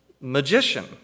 magician